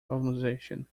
organisation